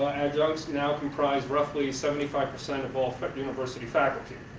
adjuncts now comprise roughly seventy five percent of all university faculty,